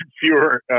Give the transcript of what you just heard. fewer